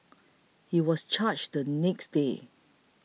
he was charged the next day